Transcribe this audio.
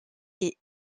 est